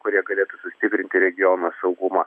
kurie galėtų sustiprinti regiono saugumą